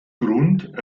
grund